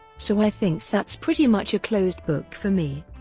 so i think that's pretty much a closed book for me.